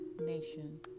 nation